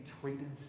treated